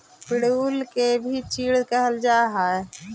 पिरुल के भी चीड़ कहल जा हई